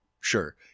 sure